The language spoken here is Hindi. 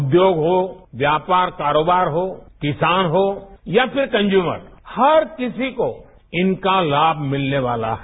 उद्योग हो व्यापार कारोबार हो किसान हो या फिर कन्ज्यूमर हर किसी को इनका लाम मिलने वाला है